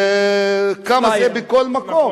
כמה זה בכל מקום.